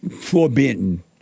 forbidden